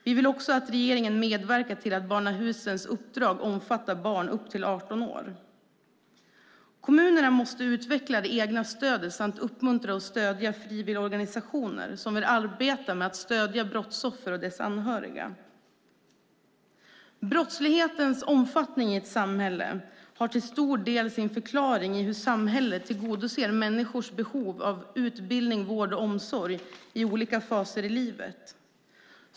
Vi vill också att regeringen medverkar till att barnahusens uppdrag omfattar barn upp till 18 år. Kommunerna måste utveckla det egna stödet samt uppmuntra och stödja frivilligorganisationer som vill arbeta med att stödja brottsoffer och deras anhöriga. Brottslighetens omfattning i ett samhälle har till stor del sin förklaring i hur samhället tillgodoser människors behov av utbildning, vård och omsorg i olika faser i livet.